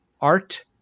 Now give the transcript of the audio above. art